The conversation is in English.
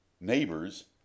Neighbors